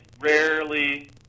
rarely